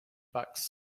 bucks